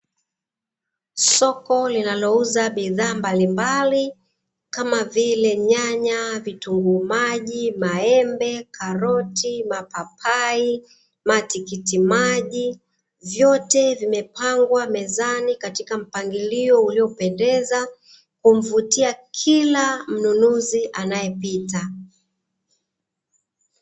Soko linalouza bidhaa mbalimbali kama vile; nyanya, vitunguu maji, maembe, karoti, mapapai, matikiti maji. Vyote vimepangwa mezani katika mpangilio uliopendeza kumvutia kila mnunuzi anayepita.